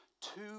two